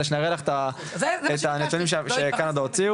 שאני אראה לך את הנתונים שקנדה הוציאו.